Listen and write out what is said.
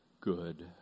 Good